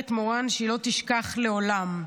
אומרת מורן, שהיא לא תשכח לעולם.